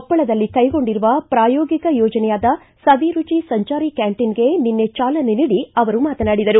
ಕೊಪ್ಪಳದಲ್ಲಿ ಕೈಗೊಂಡಿರುವ ಪ್ರಾಯೋಗಿಕ ಯೋಜನೆಯಾದ ಸವಿರುಚಿ ಸಂಚಾರಿ ಕ್ಯಾಂಟೀನ್ಗೆ ನಿನ್ನೆ ಚಾಲನೆ ನೀಡಿ ಅವರು ಮಾತನಾಡಿದರು